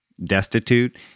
destitute